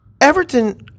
Everton